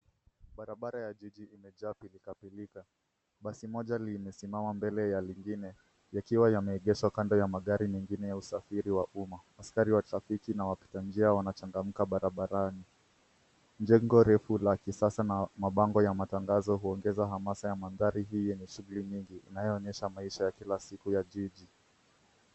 Barabara ya jiji imejaa pilikapilika. Basi moja limesimama mbele ya lingine, yakiwa yameegeshwa kando ya magari mengine ya usafiri wa umma. Askari wa trafiki na wapita njia wanachangamka barabarani. Jengo refu la kisasa na mabango ya matangazo huongeza hamasa ya mandhari hii yenye nyingi inayoonesha maisha ya kila siku ya jiji.